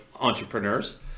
entrepreneurs